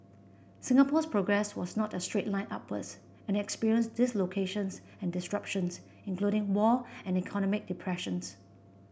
Singapore's progress was not a straight line upwards and it experienced dislocations and disruptions including war and economic depressions